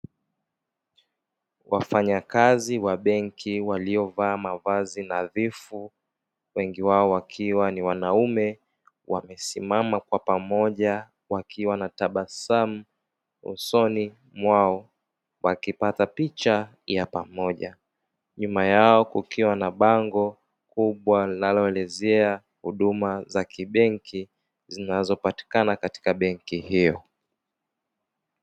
Wafanyakazi wa benki waliovaa mavazi nadhifu, wengi wao wakiwa ni wanaume, wamesimama kwa pamoja wakiwa na tabasamu usoni mwao, wakipata picha ya pamoja. Nyuma yao kukiwa na bango kubwa linaloelezea huduma za kibenki zinazopatikana katika benki hiyo.